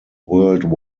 world